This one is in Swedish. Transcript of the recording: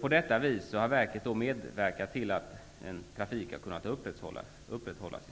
På detta vis har verket medverkat till att trafiken i Sverige har kunnat upprätthållas.